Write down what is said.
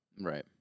Right